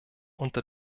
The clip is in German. unter